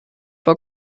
vor